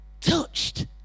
Touched